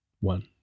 One